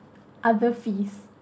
other fees